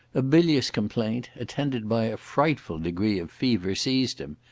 a bilious complaint, attended by a frightful degree of fever, seized him,